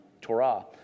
Torah